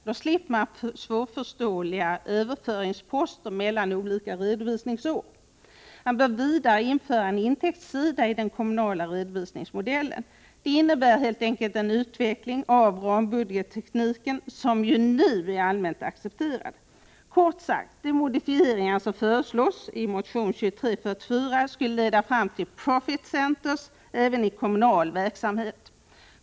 Då slipper man svårförståeliga överföringsposter mellan olika redovisningsår. Man bör vidare införa en intäktssida i den kommunala redovisningsmodellen. Det innebär helt enkelt en utveckling av rambudgettekniken som ju nu är allmänt accepterad. Kort sagt: De modifieringar som föreslås i motion 2344 skulle leda fram till ”profit centers” även i kommunal verksamhet.